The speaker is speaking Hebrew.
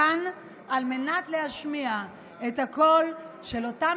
כאן על מנת להשמיע את הקול של אותם